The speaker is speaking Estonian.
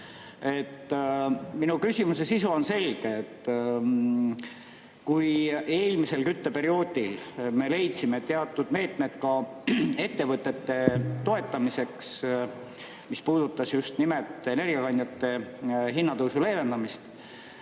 Minu küsimuse sisu on selge. Eelmisel kütteperioodil me leidsime teatud meetmed ka ettevõtete toetamiseks, mis puudutas just nimelt energiakandjate hinna tõusu leevendamist.